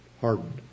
hardened